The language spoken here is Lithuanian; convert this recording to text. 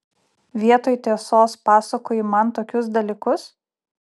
vietoj tiesos pasakoji man tokius dalykus